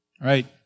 Right